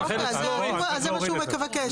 אז זה מה שהוא מבקש,